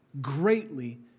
greatly